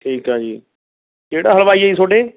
ਠੀਕ ਹੈ ਜੀ ਕਿਹੜਾ ਹਲਵਾਈ ਹੈ ਜੀ ਤੁਹਾਡੇ